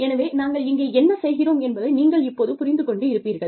எனவே நாங்கள் இங்கே என்ன செய்கிறோம் என்பதை நீங்கள் இப்போது புரிந்து கொண்டு இருப்பீர்கள்